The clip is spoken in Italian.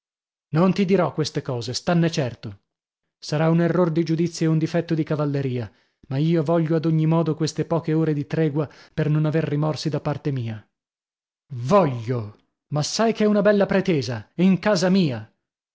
non ti dirò queste cose stanne certo sarà un error di giudizio e un difetto di cavalleria ma io voglio ad ogni modo queste poche ore di tregua per non aver rimorsi da parte mia voglio ma sai che è una bella pretesa in casa mia